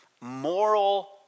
moral